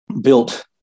Built